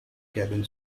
cabin